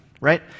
right